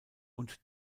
und